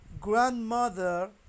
grandmother